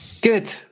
good